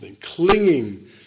clinging